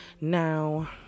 Now